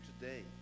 today